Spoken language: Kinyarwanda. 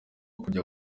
kujya